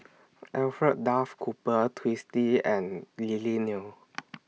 Alfred Duff Cooper Twisstii and Lily Neo